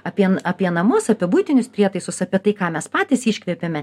apie apie namus apie buitinius prietaisus apie tai ką mes patys iškvepiame